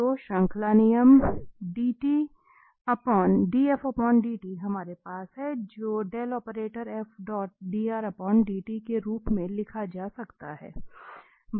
तो श्रृंखला नियम df dt हमारे पास है जो के रूप में लिखा जा सकता है